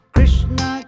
Krishna